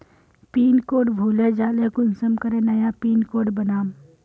Pin code भूले जाले कुंसम करे नया पिन कोड बनाम?